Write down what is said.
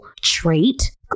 trait